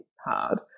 hard